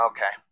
Okay